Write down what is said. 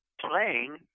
playing